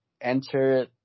enter